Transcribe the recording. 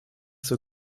zur